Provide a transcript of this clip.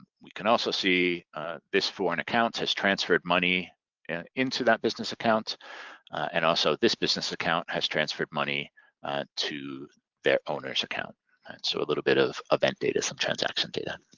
we can also see this foreign account has transferred money into that business account and also this business account has transferred money to their owners account. and so a little bit of end data, some transaction data.